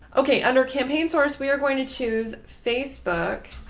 ok, under campaign source, we are going to choose facebook